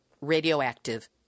radioactive